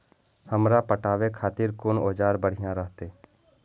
हमरा पटावे खातिर कोन औजार बढ़िया रहते?